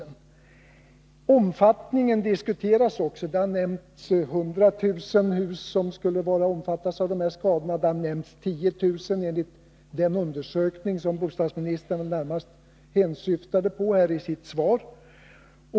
Omfattningen av dessa skador diskuteras också. Det har nämnts att 100 000 hus omfattas av skadorna. Det har nämnts 10000, enligt den undersökning som bostadsministern närmast hänsyftade på i sitt svar.